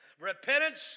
Repentance